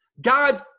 God's